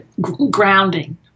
grounding